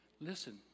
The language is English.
Listen